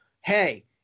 hey